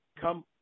come